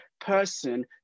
person